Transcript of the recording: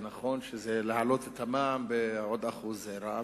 ונכון שלהעלות את המע"מ בעוד 1% זה רע,